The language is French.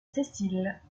sessiles